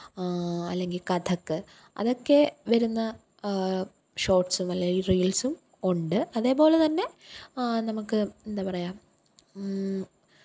അല്ലെങ്കിൽ കഥക് അതൊക്കെ വരുന്ന ഷോട്ട്സും അല്ലെങ്കിൽ റീല്സും ഉണ്ട് അതേപോലെതന്നെ നമുക്ക് എന്താ പറയുക